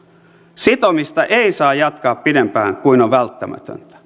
sitomista ei saa jatkaa pitempään kuin on välttämätöntä